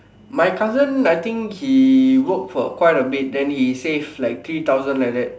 my cousin I think he worked for quite a bit then he save like three thousand like that